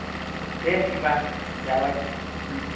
दे होनबा जाबाय